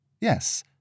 Yes